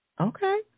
Okay